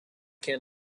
can